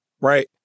right